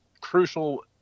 crucial